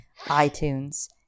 iTunes